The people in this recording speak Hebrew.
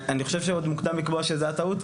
אני חושב שעוד מוקדם לקבוע שזה היה טעות,